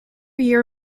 year